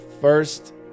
first